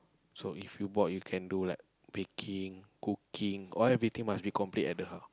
so if you bored you can do like baking cooking or everything must be complete at the